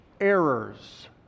Errors